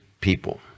people